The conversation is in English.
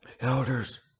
Elders